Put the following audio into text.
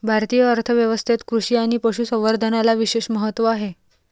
भारतीय अर्थ व्यवस्थेत कृषी आणि पशु संवर्धनाला विशेष महत्त्व आहे